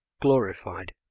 glorified